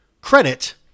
credit